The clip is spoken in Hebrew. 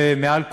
ומעל כולם,